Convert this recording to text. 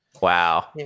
Wow